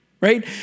right